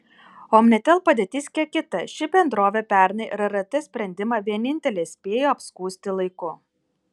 omnitel padėtis kiek kita ši bendrovė pernai rrt sprendimą vienintelė spėjo apskųsti laiku